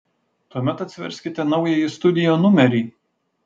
tuomet atsiverskite naująjį studio numerį